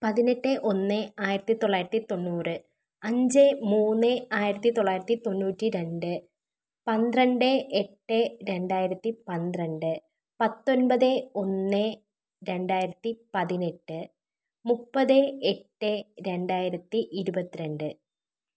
പത്തിനെട്ട് ഒന്ന് ആയിരത്തി തൊള്ളായിരത്തി തൊണ്ണൂറ് അഞ്ച് മൂന്ന് ആയിരത്തി തൊള്ളായിരത്തി തൊണ്ണൂറ്റി രണ്ട് പന്ത്രണ്ടേ എട്ട് രണ്ടായിരത്തി പന്ത്രണ്ട് പത്തൊൻപത് ഒന്ന് രണ്ടായിരത്തി പതിനെട്ട് മുപ്പത് എട്ട് രണ്ടായിരത്തി ഇരുപത്തി രണ്ട്